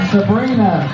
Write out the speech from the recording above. Sabrina